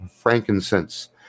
frankincense